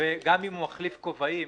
גם אם הוא מחליף כובעים